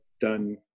Done